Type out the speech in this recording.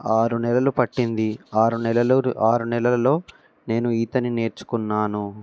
ఆరు నెలలు పట్టింది ఆరు నెలలు ఆరు నెలలలో నేను ఈతని నేర్చుకున్నాను